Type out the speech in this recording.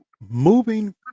moving